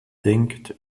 denkt